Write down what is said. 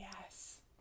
yes